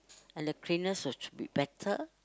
and the cleanness which will be better